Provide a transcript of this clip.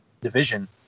division